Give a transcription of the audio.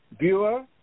viewer